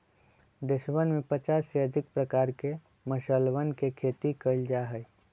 देशवन में पचास से अधिक प्रकार के मसालवन के खेती कइल जा हई